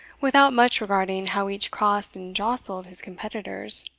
without much regarding how each crossed and jostled his competitors.